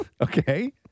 okay